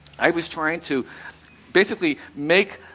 i was trying to basically make